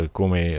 come